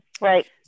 Right